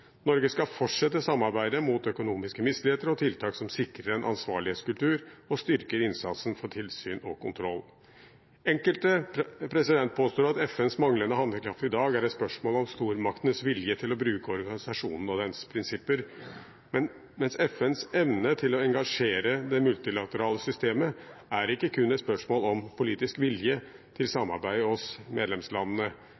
Norge skal fortsette samarbeidet mot økonomiske misligheter og tiltak som sikrer en ansvarlighetskultur og styrker innsatsen for tilsyn og kontroll. Enkelte påstår at FNs manglende handlekraft i dag er et spørsmål om stormaktenes vilje til å bruke organisasjonen og dens prinsipper, men FNs evne til å engasjere det multilaterale systemet er ikke kun et spørsmål om politisk vilje til